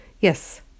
Yes